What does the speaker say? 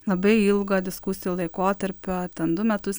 labai ilgo diskusijų laikotarpio ten du metus